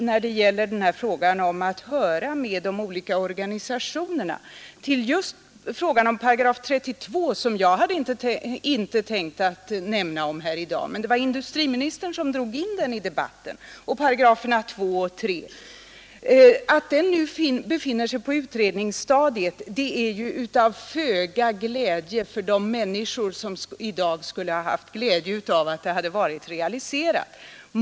När det gäller frågan om att höra med de olika organisationerna vill jag gärna knyta an till frågan om § 32, som jag inte hade tänkt nämna om här i dag. Men det var industriministern som drog in den i debatten och sade att den — liksom §§ 2 och 3 — nu befinner sig på utredningsstadiet. Det är ju av föga glädje för de människor som i dag skulle ha behövt ett förverkligat beslut.